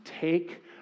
take